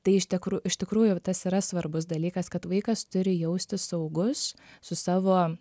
tai iš tikro iš tikrųjų tas yra svarbus dalykas kad vaikas turi jaustis saugus su savo